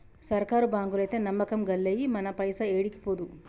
సర్కారు బాంకులైతే నమ్మకం గల్లయి, మన పైస ఏడికి పోదు